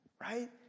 right